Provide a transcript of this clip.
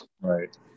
right